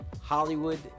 Hollywood